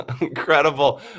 incredible